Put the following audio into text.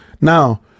Now